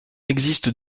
existe